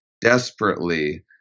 desperately